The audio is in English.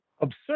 absurd